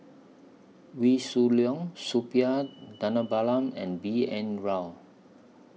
Wee Shoo Leong Suppiah Dhanabalan and B N Rao